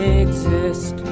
exist